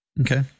Okay